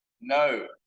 No